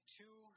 two